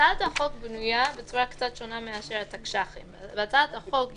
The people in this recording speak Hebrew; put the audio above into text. יש בדיקות מעבדה רגילות, שכל אחד ואחד עושה,